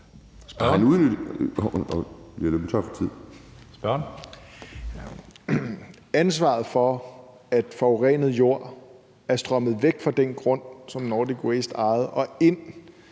Ansvaret for, at forurenet jord er strømmet væk fra den grund, som Nordic Waste ejede, og ind